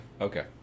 Okay